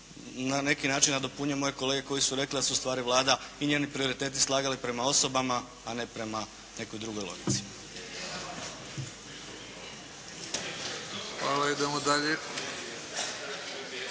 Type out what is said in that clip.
na neki način nadopunjuje moje kolege koji su rekli da se ustvari Vlada i njeni prioriteti slagali prema osobama, a ne prema nekoj drugoj logici. **Bebić, Luka